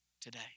today